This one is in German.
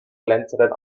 glänzenden